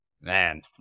Man